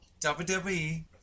WWE